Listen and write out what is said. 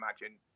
imagine